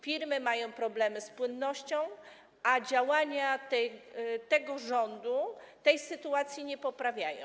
Firmy mają problemy z płynnością, a działania tego rządu tej sytuacji nie poprawiają.